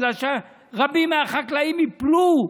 בגלל שרבים מהחקלאים ייפלו.